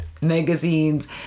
magazines